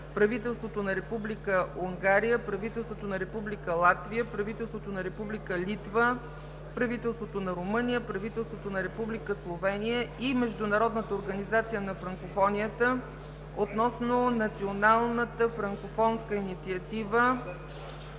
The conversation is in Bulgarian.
правителството на Република Унгария, правителството на Република Латвия, правителството на Република Литва, правителството на Румъния, правителството на Република Словения и Международната организация на франкофонията относно Националната франкофонска инициатива